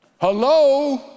Hello